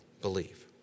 believe